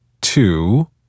two